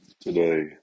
today